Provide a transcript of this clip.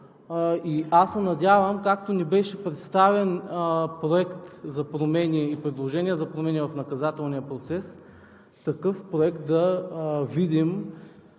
И аз се надявам, както ни беше представен проект за промени и предложения за промени в Наказателния процес, такъв проект да видим